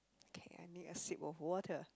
okay I need a slip of water